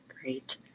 Great